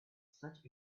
such